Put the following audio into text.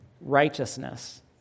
righteousness